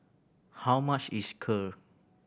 how much is Kheer